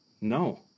no